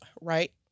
right